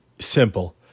simple